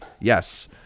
yes